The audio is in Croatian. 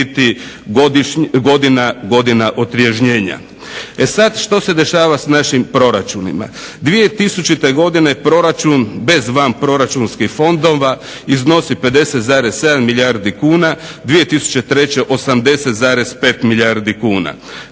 biti godina otriježnjenja. E sad što se dešava s našim proračunima? 2000. godine proračun bez vanproračunskih fondova iznosi 50,7 milijardi kuna, 2003. 80,5 milijardi kuna,